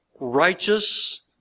righteous